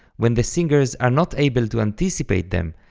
when the singers are not able to anticipate them,